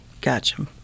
Gotcha